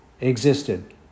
existed